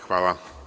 Hvala.